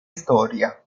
storia